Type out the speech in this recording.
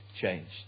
changed